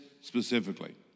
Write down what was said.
specifically